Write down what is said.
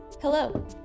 Hello